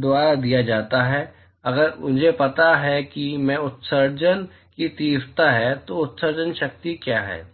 द्वारा दिया जाता है अगर मुझे पता है कि मैं उत्सर्जन की तीव्रता है तो उत्सर्जन शक्ति क्या है